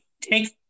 take